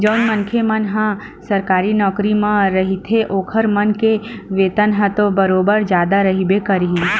जउन मनखे मन ह सरकारी नौकरी म रहिथे ओखर मन के वेतन ह तो बरोबर जादा रहिबे करही